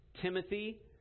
Timothy